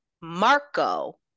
Marco